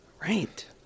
right